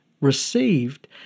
received